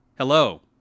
Hello